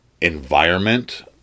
Environment